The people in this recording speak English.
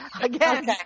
Again